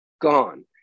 gone